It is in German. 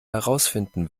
herausfinden